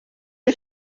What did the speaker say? die